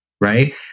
right